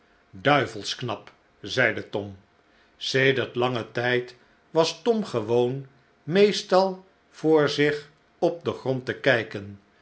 duivelsch knap zeide tom sedert langen tijd was tom gewoon meestal voor zich op den grond te kijken